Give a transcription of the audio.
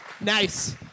Nice